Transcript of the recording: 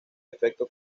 efecto